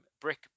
brick